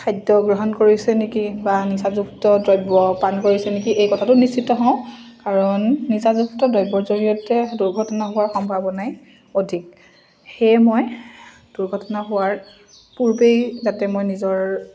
খাদ্য গ্ৰহণ কৰিছে নেকি বা নিচাযুক্ত দ্ৰব্য পান কৰিছে নেকি এই কথাটো নিশ্চিত হওঁ কাৰণ নিচাযুক্ত দ্ৰব্যৰ জৰিয়তে দুৰ্ঘটনা হোৱাৰ সম্ভাৱনাই অধিক সেয়ে মই দুৰ্ঘটনা হোৱাৰ পূৰ্বেই যাতে মই নিজৰ